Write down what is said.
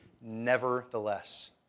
nevertheless